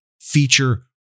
feature